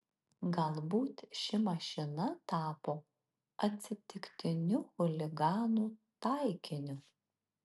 galbūt ši mašina tapo atsitiktiniu chuliganų taikiniu